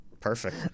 Perfect